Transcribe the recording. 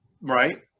right